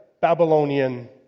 Babylonian